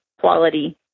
quality